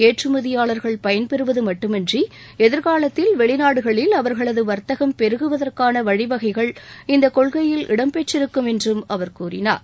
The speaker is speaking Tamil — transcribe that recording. ஏற்றுமதியாளர்கள் பயன்பெறுவது மட்டுமன்றி எதிர்காலத்தில் வெளிநாடுகளில் அவர்களது வர்த்தகம் பெருகுவதற்கான வழிவகைகள் இந்த கொள்கையில் இடம்பெற்றிருக்கும் என்று அவர் கூறினார்